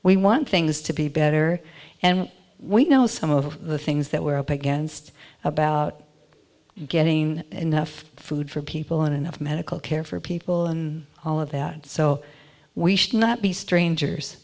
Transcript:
we want things to be better and we know some of the things that we're up against about getting enough food for people and enough medical care for people and all of that so we should not be strangers